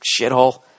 shithole